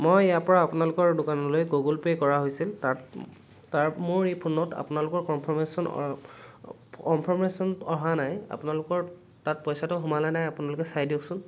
মই ইয়াৰপৰা আপোনালোকৰ দোকানলৈ গুগুল পে' কৰা হৈছিল তাত তাত মোৰ এই ফোনত আপোনালোকৰ কনফাৰ্মেছন কনফাৰ্মেছন অহা নাই আপোনালোকৰ তাত পইচাটো সোমালনে নাই আপোনালোকে চাই দিয়কচোন